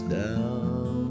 down